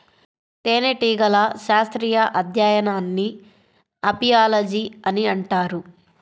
తేనెటీగల శాస్త్రీయ అధ్యయనాన్ని అపియాలజీ అని అంటారు